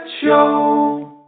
Show